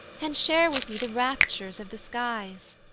and share with me the raptures of the skies.